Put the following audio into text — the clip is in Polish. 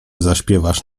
zaśpiewasz